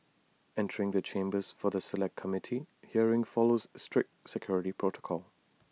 entering the chambers for the Select Committee hearing follows strict security protocol